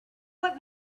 what